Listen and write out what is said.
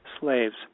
slaves